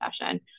session